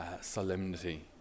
solemnity